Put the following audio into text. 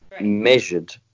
measured